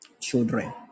children